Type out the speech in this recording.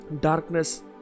darkness